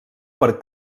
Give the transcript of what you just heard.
per